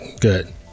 good